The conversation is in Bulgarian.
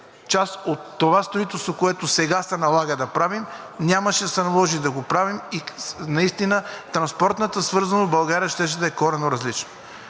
част от това строителство, което сега се налага да правим, нямаше да се наложи да го правим. Наистина транспортната свързаност в България щеше да е коренно различна.